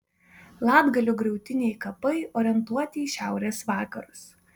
latgalių griautiniai kapai orientuoti į šiaurės vakarus